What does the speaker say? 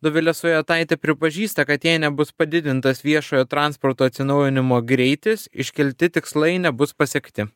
dovilė sujetaitė pripažįsta kad jei nebus padidintas viešojo transporto atsinaujinimo greitis iškelti tikslai nebus pasiekti